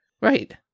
Right